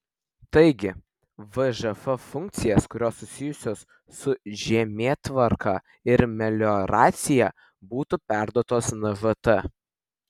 taigi vžf funkcijas kurios susijusios su žemėtvarka ir melioracija būtų perduotos nžt